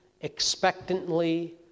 expectantly